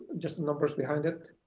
just the numbers behind it.